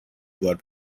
blood